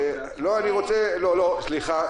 --- סליחה,